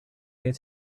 their